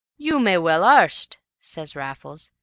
you may well arst, says raffles.